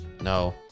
no